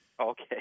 Okay